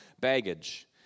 baggage